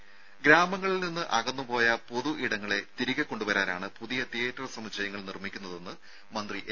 രുര ഗ്രാമങ്ങളിൽ നിന്ന് അകന്നുപോയ പൊതു ഇടങ്ങളെ തിരികെ കൊണ്ടുവരാനാണ് പുതിയ തിയറ്റർ സമുച്ചയങ്ങൾ നിർമ്മിക്കുന്നതെന്ന് മന്ത്രി എ